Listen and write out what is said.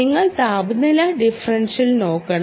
നിങ്ങൾ താപനില ഡിഫറൻഷ്യൽ നോക്കണം